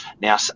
Now